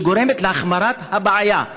שגורמת להחמרת הבעיה,